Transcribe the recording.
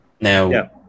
Now